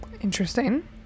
Interesting